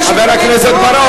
יש את, חבר הכנסת בר-און.